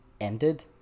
Ended